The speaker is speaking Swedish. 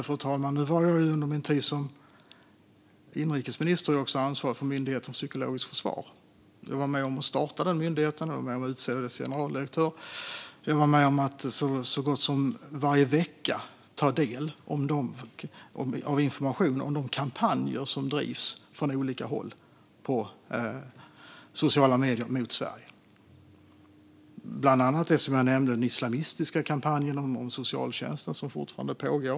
Fru talman! Under min tid som inrikesminister var jag också ansvarig för Myndigheten för psykologiskt försvar. Jag var med om att starta den myndigheten, och jag var med om att utse dess generaldirektör. Så gott som varje vecka tog jag del av information om de kampanjer som bedrivs från olika håll mot Sverige på sociala medier. Det gällde bland annat, som jag nämnde, den islamistiska kampanjen om socialtjänsten, som fortfarande pågår.